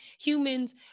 humans